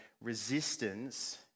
resistance